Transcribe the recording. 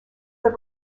the